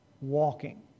walking